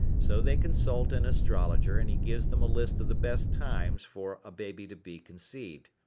so they consult an astrologer and he gives them a list of the best times for a baby to be conceived.